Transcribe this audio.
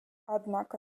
однако